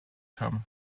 term